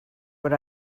what